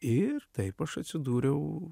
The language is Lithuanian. ir taip aš atsidūriau